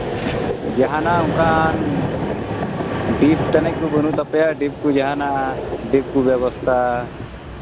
ᱡᱟᱦᱟᱱᱟᱜ ᱚᱱᱠᱟᱱ ᱰᱤᱯ ᱛᱟᱹᱱᱤᱡ ᱠᱚ ᱵᱟᱹᱱᱩᱜ ᱛᱟᱯᱮᱭᱟ ᱰᱤᱯ ᱠᱚ ᱡᱟᱦᱟᱱᱟᱜ ᱰᱤᱯ ᱠᱚ ᱵᱮᱵᱚᱥᱛᱷᱟ